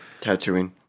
Tatooine